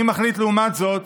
אני מחליט לעומת זאת